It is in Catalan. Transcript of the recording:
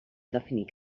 definit